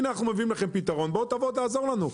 הנה אנחנו מביאים לכם פתרון; בואו ותעזרו לנו.